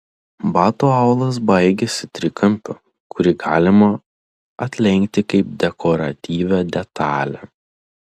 bato aulas baigiasi trikampiu kurį galima atlenkti kaip dekoratyvią detalę